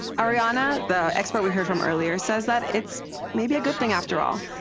arianna, the expert we heard from earlier, says that it's maybe a good thing after all.